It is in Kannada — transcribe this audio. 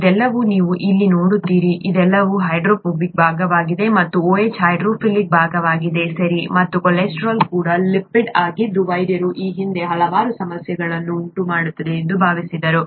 ಇದೆಲ್ಲವನ್ನೂ ನೀವು ಇಲ್ಲಿ ನೋಡುತ್ತೀರಿ ಇದೆಲ್ಲವೂ ಹೈಡ್ರೋಫೋಬಿಕ್ ಭಾಗವಾಗಿದೆ ಮತ್ತು ಈ OH ಹೈಡ್ರೋಫಿಲಿಕ್ ಭಾಗವಾಗಿದೆ ಸರಿ ಮತ್ತು ಕೊಲೆಸ್ಟ್ರಾಲ್ ಕೂಡ ಲಿಪಿಡ್ ಆಗಿದ್ದು ವೈದ್ಯರು ಈ ಹಿಂದೆ ಹಲವಾರು ಸಮಸ್ಯೆಗಳನ್ನು ಉಂಟುಮಾಡುತ್ತಾರೆ ಎಂದು ಭಾವಿಸಿದ್ದರು